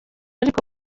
ariko